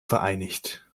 vereinigt